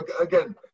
Again